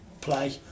play